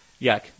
Yuck